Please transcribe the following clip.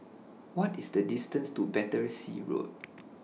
What IS The distance to Battersea Road